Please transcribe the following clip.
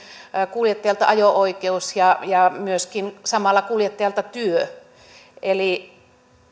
kuljettajalta ajo oikeus ja ja samalla kuljettajalta työ eli